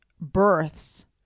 births